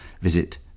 visit